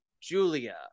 Julia